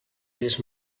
elles